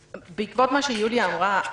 בעקבות מה שיוליה מלינובסקי אמרה,